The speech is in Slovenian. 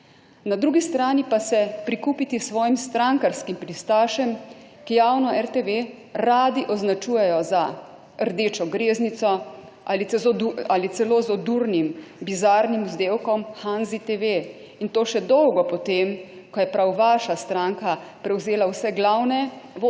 Na drugi strani pa se prikupiti svojim strankarskim pristašem, ki javno RTV radi označujejo za rdečo greznico ali celo z odurnim, bizarnim vzdevkom Hanzi TV, in to še dolgo po tem, ko je prav vaša stranka prevzela vse glavne